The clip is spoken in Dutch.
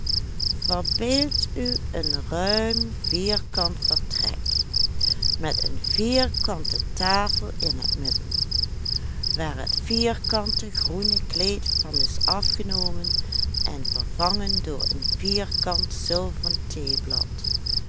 verbeeld u een ruim vierkant vertrek met een vierkante tafel in het midden waar het vierkante groene kleed van is afgenomen en vervangen door een vierkant zilveren theeblad